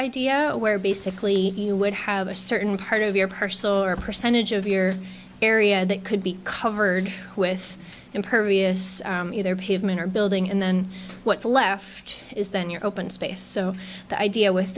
idea where basically you would have a certain part of your purse or a percentage of your area that could be covered with impervious either pavement or building and then what's left is then you're open space so the idea w